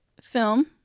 film